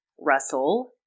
Russell